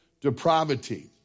depravity